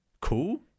cool